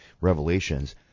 Revelations